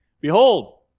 Behold